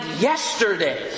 yesterday